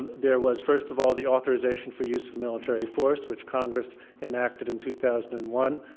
and there was, first of all, the authorization for use of military force, which congress enacted in two thousand and one,